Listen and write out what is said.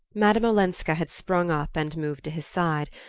madame olenska had sprung up and moved to his side,